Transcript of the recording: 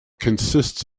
consists